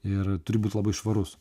ir turi būt labai švarus